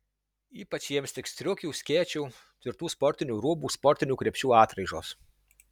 ypač jiems tiks striukių skėčių tvirtų sportinių rūbų sportinių krepšių atraižos